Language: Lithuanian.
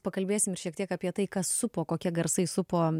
pakalbėsim šiek tiek apie tai kas supo kokie garsai supo